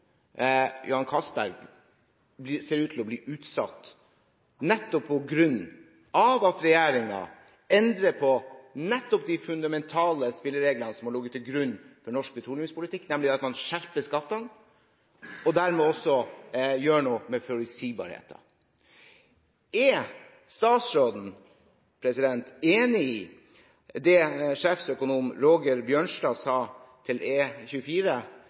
Castberg, ser ut til å bli utsatt, nettopp på grunn av at regjeringen endrer på de fundamentale spillereglene som har ligget til grunn for norsk petroleumspolitikk – nemlig at man skjerper skattene, og dermed også gjør noe med forutsigbarheten. Er statsråden enig i det sjefsøkonom Roger Bjørnstad sa til